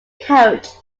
coach